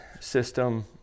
system